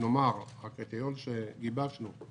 הקריטריון שגיבשנו: